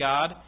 God